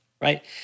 right